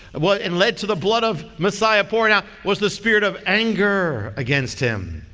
wa, it and led to the blood of messiah pouring out was the spirit of anger against him.